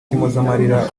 cy’impozamarira